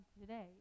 today